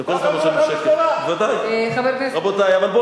אתה כל הזמן, ככה אמרה לך המשטרה?